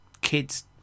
kids